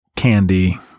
candy